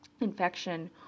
infection